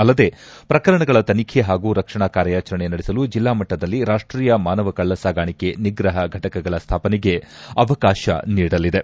ಅಲ್ಲದೆ ಪ್ರಕರಣಗಳ ತನಿಖೆ ಪಾಗೂ ರಕ್ಷಣಾ ಕಾರ್ಯಚರಣೆ ನಡೆಸಲು ಜಿಲ್ಲಾಮಟ್ಟದಲ್ಲಿ ರಾಷ್ಟೀಯ ಮಾನವಕಳ್ಳ ಸಾಗಾಣಿಕೆ ನಿಗ್ರಹ ಘಟಕಗಳ ಸ್ಥಾಪನೆಗೆ ಅವಕಾಶ ನೀಡಲಿದೆ